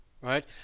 right